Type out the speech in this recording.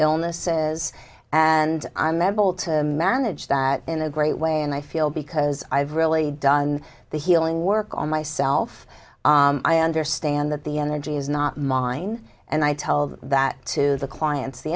illnesses and unmemorable to manage that in a great way and i feel because i've really done the healing work on myself i understand that the energy is not mine and i tell that to the clients the